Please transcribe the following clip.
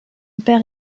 père